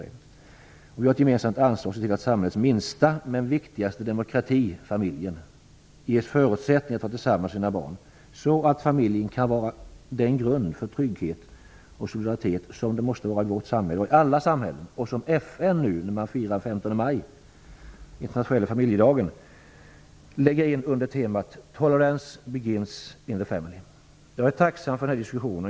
Vi har ett gemensamt ansvar för att se till att samhällets minsta men viktigaste demokrati, familjen, ges förutsättningar att vara tillsammans med barnen, så att familjen kan var den grund för trygghet och solidaritet som den måste vara i vårt samhälle, i alla samhällen, och som FN den 15 maj i samband med den internationella familjedagen lägger in under temat Jag är tacksam för den här diskussionen.